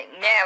Now